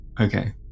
Okay